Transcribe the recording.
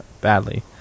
badly